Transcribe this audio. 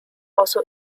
also